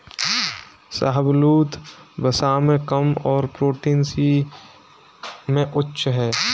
शाहबलूत, वसा में कम और विटामिन सी में उच्च है